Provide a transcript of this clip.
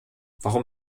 warum